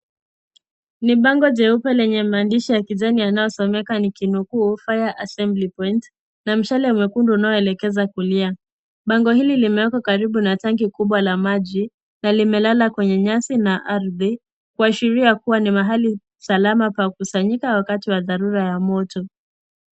Mipango jeupe lenye maandishi ya kijani anaosomeka nikinukuu fire assembly point na mshale mwekundu unaoelekeza kulia. Bango hili limewekwa karibu na tanki kubwa la maji na limelala kwenye nyasi na ardhi kuashiria kuwa ni mahali salama pa kukusanyika wakati wa dharura ya moto.